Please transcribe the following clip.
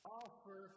offer